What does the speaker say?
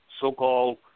so-called